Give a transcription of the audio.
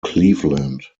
cleveland